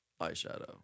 eyeshadow